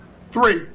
Three